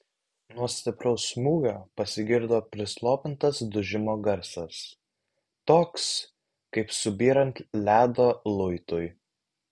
nuo stipraus smūgio pasigirdo prislopintas dužimo garsas toks kaip subyrant ledo luitui